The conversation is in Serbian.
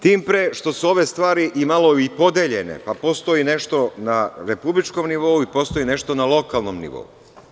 Tim pre, što su ove stvari i malo podeljene pa postoji nešto na republičkom nivou i postoji nešto na lokalnom nivou.